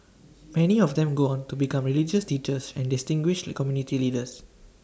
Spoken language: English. many of them go on to become religious teachers and distinguished the community leaders